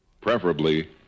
preferably